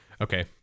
Okay